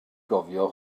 gofio